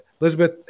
Elizabeth